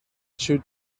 should